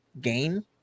game